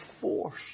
force